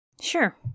Sure